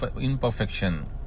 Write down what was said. imperfection